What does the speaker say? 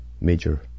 major